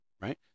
right